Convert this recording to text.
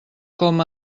com